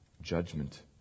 judgment